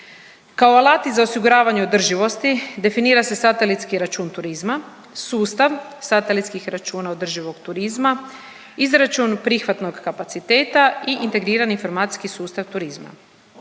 Kao alati za osiguravanje održivosti definira se satelitski račun turizma, sustav satelitskih računa održivog turizma, izračun prihvatnog kapaciteta i integrirani informacijski sustav turizma.